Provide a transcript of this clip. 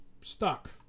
stuck